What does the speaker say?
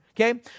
okay